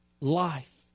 life